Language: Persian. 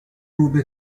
روبه